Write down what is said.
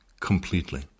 completely